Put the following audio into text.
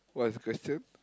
what is the question